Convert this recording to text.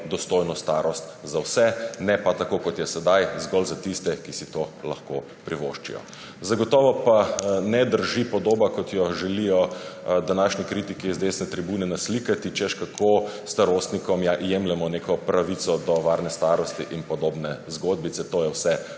dostojno starost za vse, ne pa tako, kot je sedaj, zgolj za tiste, ki si to lahko privoščijo. Zagotovo pa ne drži podoba, kot jo želijo današnji kritiki z desne tribune naslikati, češ, kako starostnikom jemljemo neko pravico do varne starosti in podobne zgodbice. To je vse